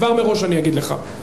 כבר מראש אני אגיד לך.